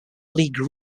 league